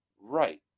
right